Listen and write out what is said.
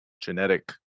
genetic